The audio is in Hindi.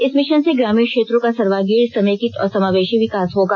इस मिशन से ग्रामीण क्षेत्रों का सर्वागीण समेकित और समावेशी विकास होगा